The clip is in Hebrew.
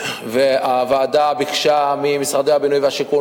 והוועדה ביקשה ממשרדי הבינוי והשיכון